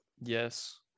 yes